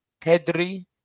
Pedri